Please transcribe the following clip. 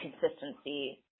consistency